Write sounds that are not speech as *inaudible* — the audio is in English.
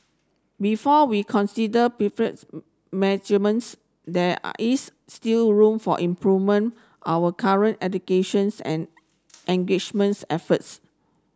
before we consider *unintelligible* measurements there is still room for improvement our current educations and engagements efforts